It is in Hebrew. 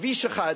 לסלול כביש אחד,